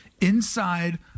inside